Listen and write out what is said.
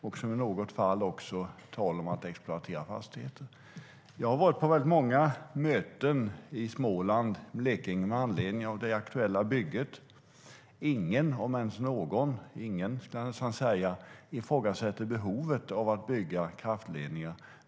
I något fall är det också tal om att exploatera fastigheter. Jag har varit på många möten i Småland och Blekinge med anledning av det aktuella bygget. Ingen, om ens någon, ifrågasätter behovet av att bygga kraftledningar.